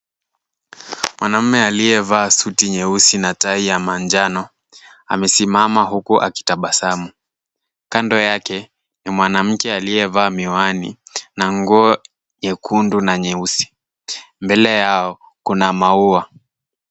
Mwanamume aliyevaa suti nyeusi na tai ya manjano, amesimama huku akitabasamu. Kando yake ni mwanamke aliyevaa miwani na nguo nyekundu na nyeusi. Mbele yao kuna maua.